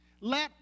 let